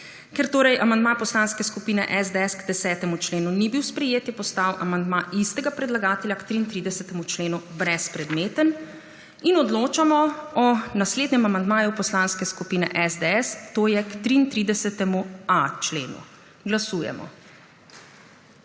Ker amandma Poslanske skupine SDS k 10. členu ni bil sprejet, je postal amandma istega predlagatelja k 33. členu brezpredmeten. Odločamo o naslednjem amandmaju Poslanske skupine SDS, tj. k 33.a členu Glasujemo.